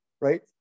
Right